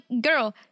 girl